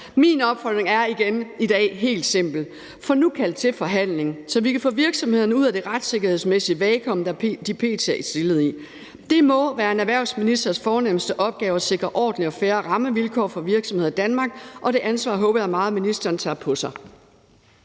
Min opfordring er igen i dag helt simpel: Få nu indkaldt til forhandlinger, så vi kan få virksomhederne ud af det retssikkerhedsmæssige vakuum, som de p.t. er stillet i. Det må være en erhvervsministers fornemste opgave at sikre ordentlige og fair rammevilkår for virksomheder i Danmark, og det ansvar håber jeg da meget at ministeren tager på sig.